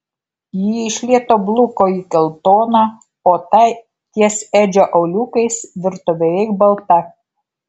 ji iš lėto bluko į geltoną o ta ties edžio auliukais virto beveik balta